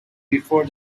before